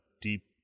deep